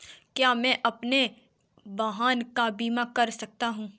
क्या मैं अपने वाहन का बीमा कर सकता हूँ?